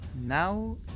Now